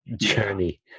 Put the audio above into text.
journey